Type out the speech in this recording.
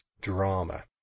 drama